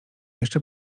jeszcze